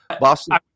Boston